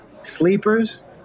sleepers